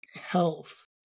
health